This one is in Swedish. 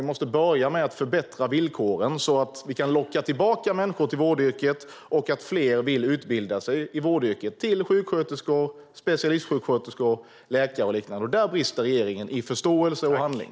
Vi måste börja med förbättra villkoren så att vi kan locka tillbaka människor till vårdyrket och att fler vill utbilda sig i vårdyrket till sjuksköterskor, specialistsjuksköterskor, läkare och liknande. Där brister regeringen i förståelse och handling.